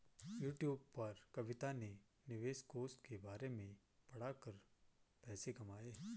YouTube पर कविता ने निवेश कोष के बारे में पढ़ा कर पैसे कमाए